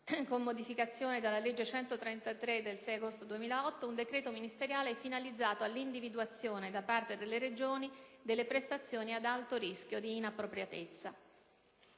con modificazioni dalla legge n. 133 del 6 agosto 2008, un decreto ministeriale finalizzato all'individualizzazione da parte delle Regioni delle prestazioni ad alto rischio di inappropriatezza.